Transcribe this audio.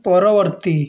ପରବର୍ତ୍ତୀ